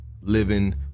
living